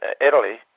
Italy